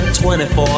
24